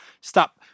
Stop